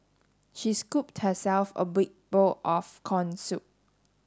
she scooped herself a big bowl of corn soup